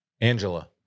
Angela